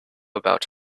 about